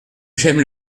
j’aime